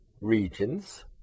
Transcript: regions